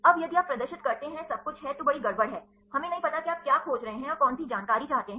अब यदि आप प्रदर्शित करते सब कुछहैं तो बड़ी गड़बड़ है हमें नहीं पता कि आप क्या खोज रहे हैं और कौन सी जानकारी चाहते हैं